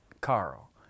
Carl